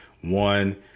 one